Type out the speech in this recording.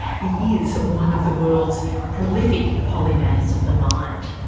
he is one of the world's prolific polymaths of the mind.